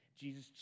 Jesus